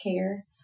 care